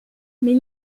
mais